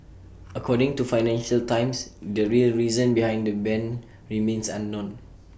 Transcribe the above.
according to financial times the real reason behind the ban remains unknown